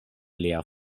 lia